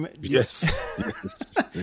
Yes